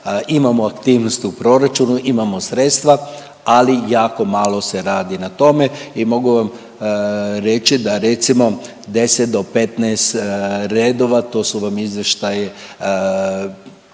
imamo aktivnosti u proračunu, imamo sredstva, ali jako malo se radi na tome i mogu vam reći da recimo 10 do 15 redova, to su vam izvještaji